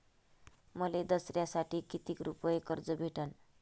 मले दसऱ्यासाठी कितीक रुपये कर्ज भेटन?